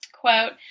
Quote